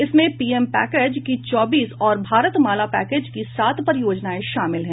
इनमें PM package की चौबीस और भारत माला पैकेज की सात परियोजनाएं शामिल हैं